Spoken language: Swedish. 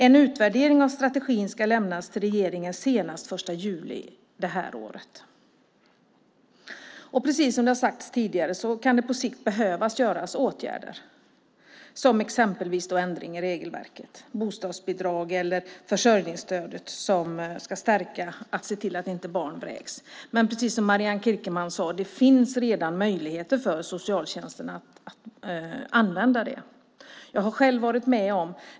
En utvärdering av strategin ska lämnas till regeringen senast den 1 juli i år. Precis som det har sagts kan man på sikt behöva vidta åtgärder, som till exempel ändringar i regelverk för bostadsbidrag eller försörjningsstöd för att stärka att barn inte ska vräkas. Men som Marianne Kierkemann sade, finns det redan möjligheter för socialtjänsten att använda sig av det.